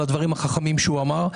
על הדברים החכמים שהוא אמר.